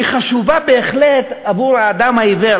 היא חשובה בהחלט עבור האדם העיוור,